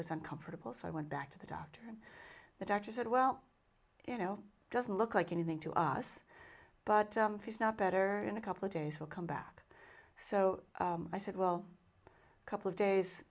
was uncomfortable so i went back to the doctor and the doctor said well you know it doesn't look like anything to us but if it's not better in a couple of days we'll come back so i said well a couple of days